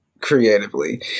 creatively